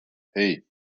hey